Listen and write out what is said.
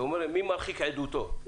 שאומר מי מרחיק עדותו.